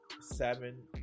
seven